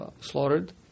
slaughtered